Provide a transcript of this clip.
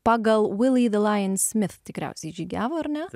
pagal willie the lion smith tikriausiai žygiavo ar ne